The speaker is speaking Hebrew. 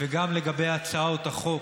וגם לגבי הצעות החוק,